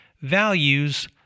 values